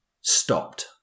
stopped